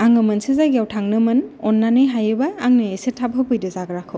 आङो मोनसे जायगायाव थांनोमोन अननानै हायोबा आंनो एसे थाब होफैदो जाग्राखौ